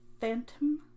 Phantom